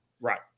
Right